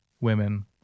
women